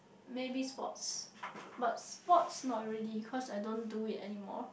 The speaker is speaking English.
maybe sports but sports not really cause I don't do it anymore